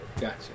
Gotcha